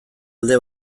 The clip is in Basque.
alde